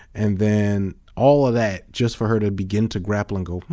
and then all of that just for her to begin to grapple and go, hmm,